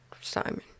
Simon